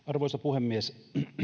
arvoisa puhemies